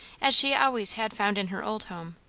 as she always had found in her old home,